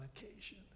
occasion